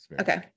Okay